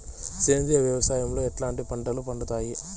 సేంద్రియ వ్యవసాయం లో ఎట్లాంటి పంటలు పండుతాయి